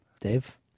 Dave